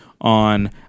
on